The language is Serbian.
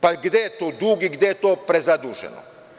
Pa gde je tu dug i gde je to prezaduženo?